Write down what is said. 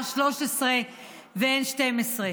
R13 ו-N12.